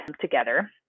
together